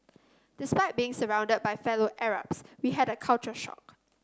despite being surrounded by fellow Arabs we had a culture shock